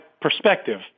perspective